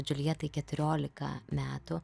džiuljetai keturiolika metų